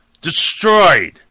Destroyed